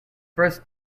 first